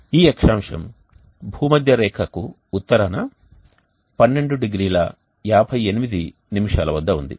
ఈ అక్షాంశం భూమధ్యరేఖకు ఉత్తరాన 12 డిగ్రీ 58 నిమిషాల వద్ద ఉంది